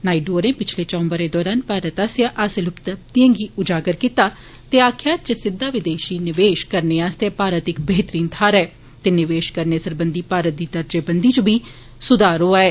नायडू होरें पिच्छले चंऊ बरे दौरान भारत आस्सेआ हासिल उपलब्धिए गी उजागर कीता ते आक्खेआ जे सीघा विदेशी निवेश करने आस्तै भारत इक बेहतरीन थाहर ऐ ते निवेश करने सरबंधी भारत दी दर्जेबंदी च बी सुधार होआ ऐ